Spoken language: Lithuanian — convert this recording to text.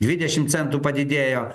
dvidešim centų padidėjo